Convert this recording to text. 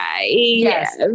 yes